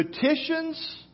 petitions